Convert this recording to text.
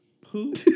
Poop